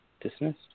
dismissed